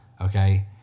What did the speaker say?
okay